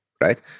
right